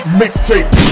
mixtape